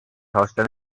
houston